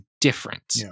different